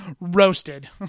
Roasted